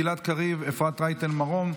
גלעד קריב ואפרת רייטן מרום,